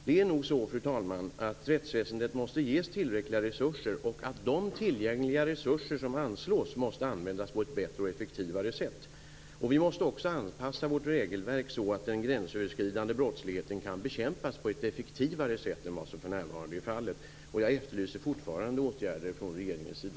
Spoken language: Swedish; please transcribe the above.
Det är nog så, fru talman, att rättsväsendet måste ges tillräckliga resurser och att de tillgängliga anslagna resurserna måste användas på ett bättre och effektivare sätt. Vi måste också anpassa vårt regelverk så att den gränsöverskridande brottsligheten kan bekämpas på ett effektivare sätt än vad som för närvarande är fallet. Jag efterlyser fortfarande åtgärder från regeringens sida.